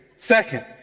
Second